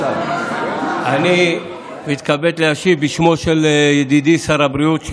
אני מתכבד להשיב בשמו של ידידי שר הבריאות,